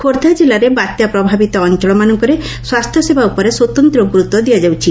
ଖୋର୍ବ୍ଧା ଜିଲ୍ଲାରେ ବାତ୍ୟା ପ୍ରଭାବିତ ଅଅଳମାନଙ୍କରେ ସ୍ୱାସ୍ସ୍ୟସେବା ଉପରେ ସ୍ୱତନ୍ତ ଗୁରୁତ୍ ଦିଆଯାଉଛି